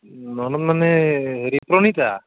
ননদ মানে হেৰি প্ৰণিতা